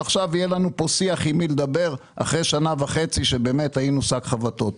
עכשיו יהיה לנו שיח ועם מי לדבר אחרי שנה וחצי שבאמת היינו שק חבטות.